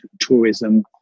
tourism